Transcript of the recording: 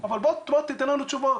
אבל בוא תן לנו תשובות.